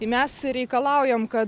tai mes reikalaujam kad